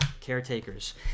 caretakers